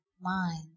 mind